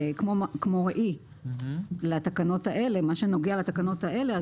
כמו ראי, לתקנות האלה, מה שנוגע לתקנות האלה.